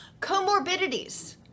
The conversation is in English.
comorbidities